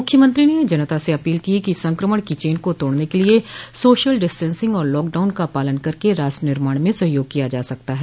उन्होंने जनता से अपील की कि संक्रमण की चेन को तोड़ने के लिये सोशल डिस्टेंसिंग और लॉकडाउन का पालन करके राष्ट्र निर्माण में सहयोग किया जा सकता है